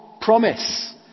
promise